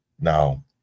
Now